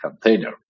container